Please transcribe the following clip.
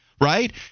right